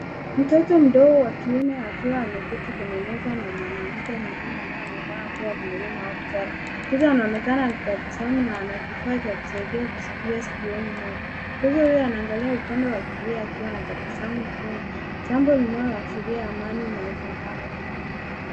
Mtoto mdogo wa kiume akiwa ameketi kwenye meza na mwanamke mzima anayeonekana kuwa mwalimu au mtaalamu. Mtoto anaonekana akitabasamu na ana kifaa cha kusaidia kuskia sikioni mwake. Mtoto huyu anaangalia upande wa kulia akiwa na tabasamu usoni, jambo linaloashiria amani na ufahamu.